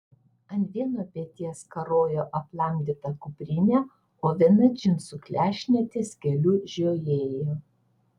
ant vieno peties karojo aplamdyta kuprinė o viena džinsų klešnė ties keliu žiojėjo